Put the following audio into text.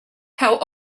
how